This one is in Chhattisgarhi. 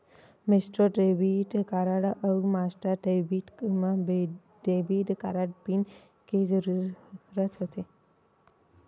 मेसट्रो डेबिट कारड अउ मास्टर डेबिट म डेबिट कारड पिन के जरूरत होथे